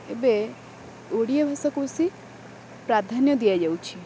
ଏବେ ଓଡ଼ିଆ ଭାଷାକୁ ସେ ପ୍ରାଧାନ୍ୟ ଦିଆଯାଉଛି